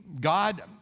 God